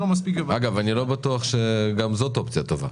אגב, אני לא בטוח שגם זו אופציה טובה.